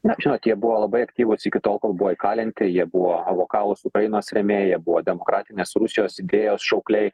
na žinot jie buvo labai aktyvūs iki tol kol buvo įkalinti jie buvo lokalūs ukrainos remėjai jie buvo demokratinės rusijos idėjos šaukliai